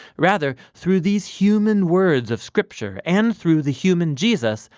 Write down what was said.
rather, through these human words of scripture and through the human jesus,